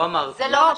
לא אמרתי את זה.